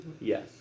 Yes